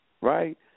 Right